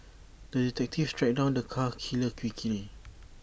the detective tracked down the cat killer quickly